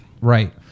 Right